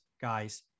guys